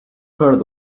heard